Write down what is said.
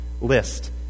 list